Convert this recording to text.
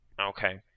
Okay